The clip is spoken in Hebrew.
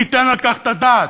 מי ייתן על כך את הדעת,